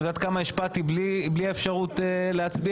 את יודעת כמה השפעתי בלי האפשרות להצביע?